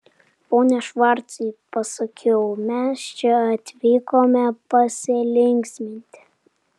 pone švarcai pasakiau mes čia atvykome pasilinksminti